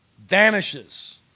vanishes